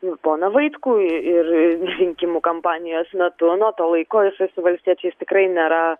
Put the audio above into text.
joną vaitkų ir rinkimų kampanijos metu nuo to laiko jisai su valstiečius tikrai nėra